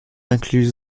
incluse